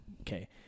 Okay